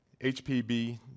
hpb